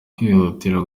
kwihutira